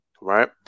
right